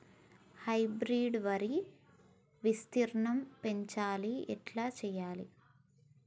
Hybrid వరి విస్తీర్ణం పెంచాలి ఎట్ల చెయ్యాలి?